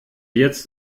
jetzt